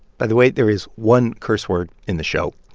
by the way, there is one curse word in the show.